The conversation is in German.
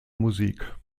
musik